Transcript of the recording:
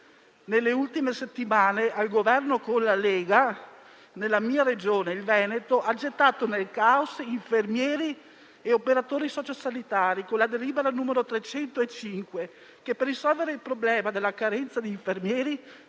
nelle ultime settimane, al Governo con la Lega, nella mia Regione, il Veneto, ha gettato nel *caos* infermieri e operatori socio-sanitari con la delibera n. 305, che per risolvere il problema della carenza di infermieri